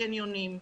לקניונים.